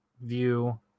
view